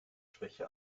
schwäche